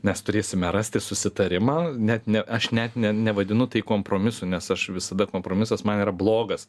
mes turėsime rasti susitarimą net ne aš net ne nevadinu tai kompromisu nes aš visada kompromisas man yra blogas